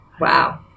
Wow